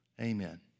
amen